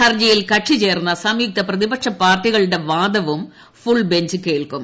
ഹർജിയിൽ കക്ഷി ചേർന്ന സംയുക്ത പ്രതിപക്ഷ പാർട്ടികളുടെ വാദവും ഫുൾബഞ്ച് കേൾക്കും